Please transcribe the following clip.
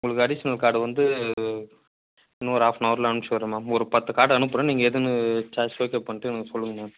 உங்களுக்கு additional card வந்து இன்னும் ஒரு ஹாஃப்னவரில் அனுப்ச்சு விட்றேன் மேம் ஒரு பத்து கார்டு அனுப்புகிறேன் நீங்கள் எதுன்னு சாய்ஸ் ஓகே பண்ணிவிட்டு எனக்கு சொல்லுங்கள் மேம்